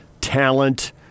talent